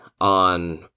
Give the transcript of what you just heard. on